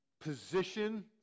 position